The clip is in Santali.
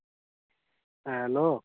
ᱦᱮᱸ ᱦᱮᱞᱳ